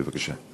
אדוני, בבקשה.